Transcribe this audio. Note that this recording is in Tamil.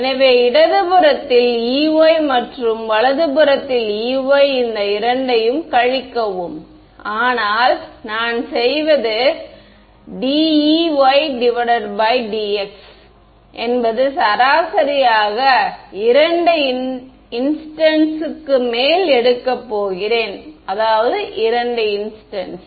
எனவே இடதுபுறத்தில் Ey மற்றும் வலதுபுறத்தில் Ey இந்த இரண்டையும் கழிக்கவும் ஆனால் நான் செய்வது dEy d x என்பது சராசரியாக 2 இன்ஸ்டன்ஸ் க்கு மேல் எடுக்கப் போகிறேன் 2 இன்ஸ்டன்ஸ்